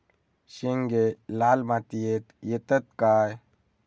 शेंगे लाल मातीयेत येतत काय?